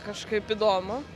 kažkaip įdomu